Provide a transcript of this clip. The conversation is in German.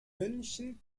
münchen